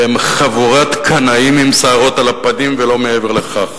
והם חבורת קנאים עם שערות על הפנים ולא מעבר לכך.